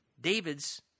David's